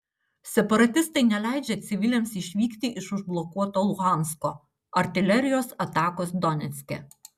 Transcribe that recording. separatistai neleidžia civiliams išvykti iš užblokuoto luhansko artilerijos atakos donecke